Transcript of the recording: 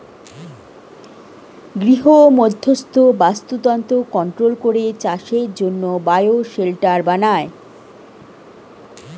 গৃহমধ্যস্থ বাস্তুতন্ত্র কন্ট্রোল করে চাষের জন্যে বায়ো শেল্টার বানায়